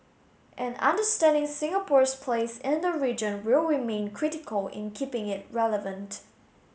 and understanding Singapore's place in the region will remain critical in keeping it relevant